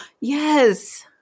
yes